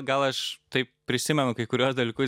gal aš taip prisimenu kai kuriuos dalykus